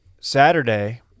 Saturday